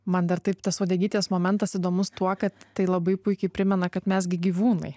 man dar taip tas uodegytės momentas įdomus tuo kad tai labai puikiai primena kad mes gi gyvūnai